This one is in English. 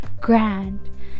grand